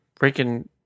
freaking